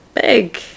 big